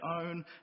own